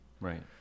right